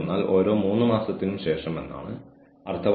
നിങ്ങൾക്ക് ഓർഗനൈസേഷനിൽ ഭിന്നശേഷിയുള്ള ആളുകളെ അഭിമുഖങ്ങളിൽ ഇരുത്താം